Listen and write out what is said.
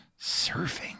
Surfing